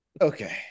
Okay